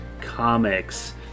comics